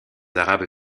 arabes